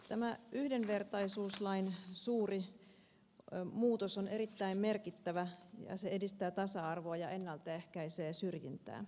tämä yhdenvertaisuuslain suuri muutos on erittäin merkittävä ja se edistää tasa arvoa ja ennalta ehkäisee syrjintää